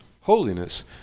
holiness